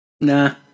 Nah